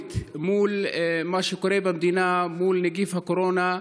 והירואית מול מה שקורה במדינה, מול נגיף הקורונה,